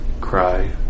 Cry